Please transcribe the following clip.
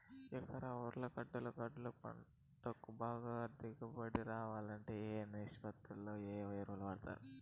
ఎకరా ఉర్లగడ్డలు గడ్డలు పంటకు బాగా దిగుబడి రావాలంటే ఏ ఏ నిష్పత్తిలో ఏ ఎరువులు వాడాలి?